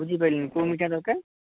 ବୁଝିପାରିଲିନି କେଉଁ ମିଠା ଦରକାର